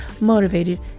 motivated